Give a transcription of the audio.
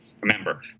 remember